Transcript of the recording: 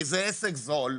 כי זה עסק זול,